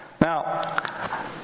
now